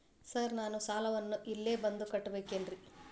Sir ನಾನು ಸಾಲವನ್ನು ಇಲ್ಲೇ ಬಂದು ಕಟ್ಟಬೇಕೇನ್ರಿ?